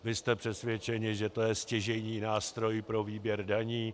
Vy jste přesvědčeni, že to je stěžejní nástroj pro výběr daní.